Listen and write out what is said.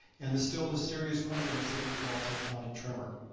and the still-mysterious rumblings that we call tectonic tremor.